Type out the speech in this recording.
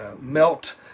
melt